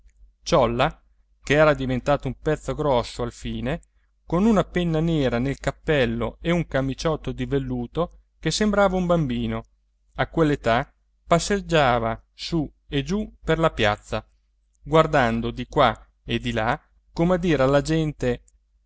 imbandierato ciolla ch'era diventato un pezzo grosso alfine con una penna nera nel cappello e un camiciotto di velluto che sembrava un bambino a quell'età passeggiava su e giù per la piazza guardando di qua e di là come a dire alla gente